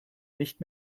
nicht